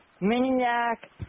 maniac